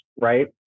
right